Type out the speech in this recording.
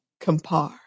compare